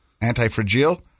Anti-fragile